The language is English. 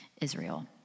Israel